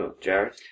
Jared